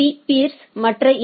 பீ பீர்ஸ்மற்ற ஏ